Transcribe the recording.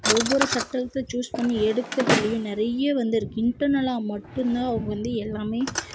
ஒவ்வொரு சட்டத்தை சூஸ் பண்ணி எடுக்குறதிலையும் நிறைய வந்துருக்கு இன்டர்னல்லாக மட்டும் தான் அவங்க வந்து எல்லாமே